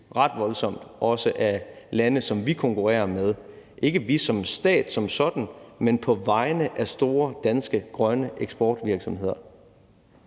ret voldsomt også af lande, som vi konkurrerer med. Det er ikke »vi« som stat som sådan, men på vegne af store danske grønne eksportvirksomheder.